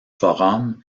forum